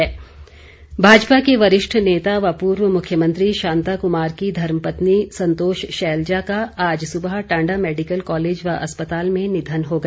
निधन भाजपा के वरिष्ठ नेता व पूर्व मुख्यमंत्री शांता कुमार की धर्मपत्नी संतोष शैलजा का आज सुबह टांडा मैडिकल कॉलेज व अस्पताल में निधन हो गया